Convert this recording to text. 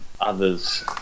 others